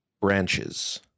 Branches